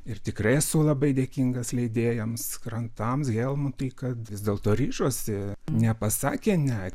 ir tikrai esu labai dėkingas leidėjams krantams helmutui kad vis dėlto ryžosi nepasakė ne